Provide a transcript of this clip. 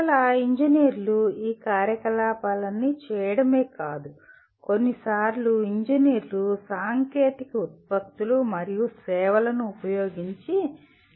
మరలా ఇంజనీర్లు ఈ కార్యకలాపాలన్నీ చేయడమే కాదు కొన్నిసార్లు ఇంజనీర్లు సాంకేతిక ఉత్పత్తులు మరియు సేవలను ఉపయోగించి సేవలను అందిస్తారు